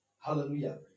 Hallelujah